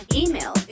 email